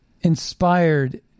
inspired